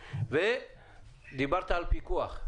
דיברת על פיקוח.